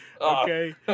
okay